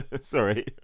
sorry